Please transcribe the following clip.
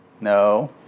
no